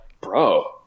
Bro